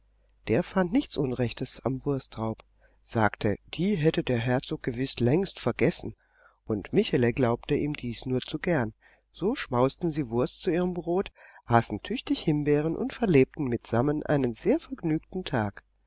der fand nichts unrechtes am wurstraub sagte die hätte der herzog gewiß längst vergessen und michele glaubte ihm dies nur zu gern so schmausten sie wurst zu ihrem brot aßen tüchtig himbeeren und verlebten mitsammen einen sehr vergnügten tag